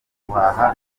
guhaha